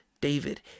david